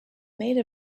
made